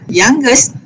youngest